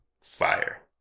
fire